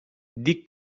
dic